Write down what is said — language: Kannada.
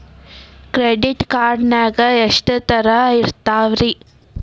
ಕ್ರೆಡಿಟ್ ಕಾರ್ಡ್ ನಾಗ ಎಷ್ಟು ತರಹ ಇರ್ತಾವ್ರಿ?